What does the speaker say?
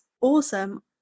awesome